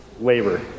labor